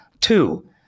Two